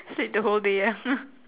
sleep the whole day ah